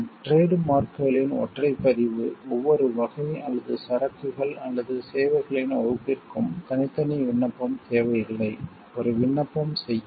trade மார்க்களின் ஒற்றைப் பதிவு ஒவ்வொரு வகை அல்லது சரக்குகள் அல்லது சேவைகளின் வகுப்பிற்கும் தனித்தனி விண்ணப்பம் தேவையில்லை ஒரு விண்ணப்பம் செய்யும்